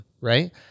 right